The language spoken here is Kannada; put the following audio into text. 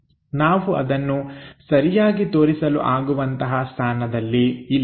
ನಾವು ಅದನ್ನು ಸರಿಯಾಗಿ ತೋರಿಸಲು ಆಗುವಂತಹ ಸ್ಥಾನದಲ್ಲಿ ಇಲ್ಲ